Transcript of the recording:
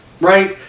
right